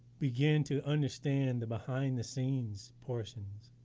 begin to understand the behind-the-scenes portions